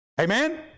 Amen